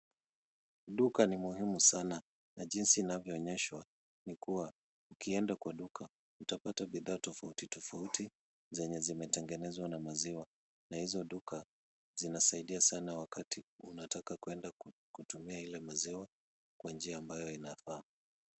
Duka ni muhimu sana na jinsi inavyoonyeshwa ni kuwa ukienda kwa duka utapata bidhaa tofauti tofauti zenye zimetengezwa na maziwa. Na hizo duka zinasaidia sana wakati unataka kwenda kutumia ile maziwa kwa njia ambayo inafaa.